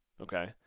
okay